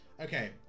Okay